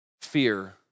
fear